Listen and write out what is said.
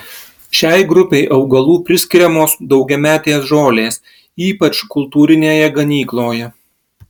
šiai grupei augalų priskiriamos daugiametės žolės ypač kultūrinėje ganykloje